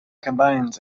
combines